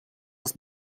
els